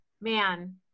man